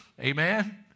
amen